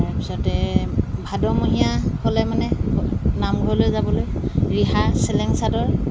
তাৰপিছতে ভাদমহীয়া হ'লে মানে নামঘৰলৈ যাবলৈ ৰিহা চেলেং চাদৰ